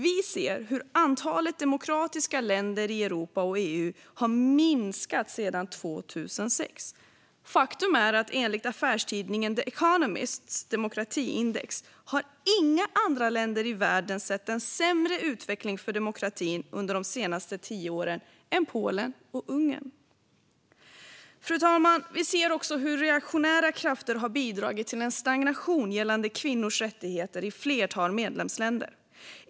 Vi ser hur antalet demokratiska länder i Europa och EU har minskat sedan 2006. Faktum är att enligt affärstidningen The Economists demokratiindex har inga andra länder i världen sett en sämre utveckling för demokratin under de senaste tio åren än Polen och Ungern. Fru talman! Vi ser också hur reaktionära krafter har bidragit till en stagnation gällande kvinnors rättigheter i ett flertal medlemsländer.